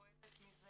מזה